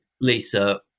lisa